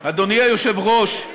אדוני היושב-ראש,